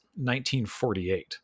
1948